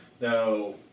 Now